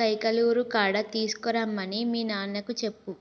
కైకలూరు కాడ తీసుకురమ్మని మీ నాన్నకు చెప్పు